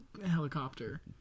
Helicopter